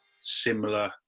similar